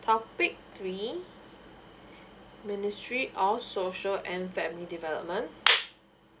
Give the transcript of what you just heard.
topic three ministry of social and family development